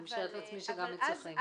אני משערת שגם אצלכם.